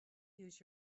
use